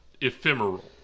ephemeral